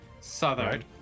Southern